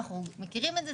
אנחנו מכירים את זה,